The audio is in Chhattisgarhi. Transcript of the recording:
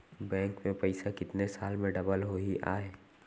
बैंक में पइसा कितने साल में डबल होही आय?